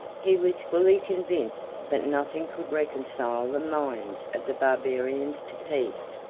he was fully convinced that nothing could reconcile the minds of the barbarians to peace,